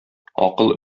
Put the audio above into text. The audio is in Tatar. акыл